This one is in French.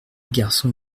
garçon